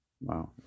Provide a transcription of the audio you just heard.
Wow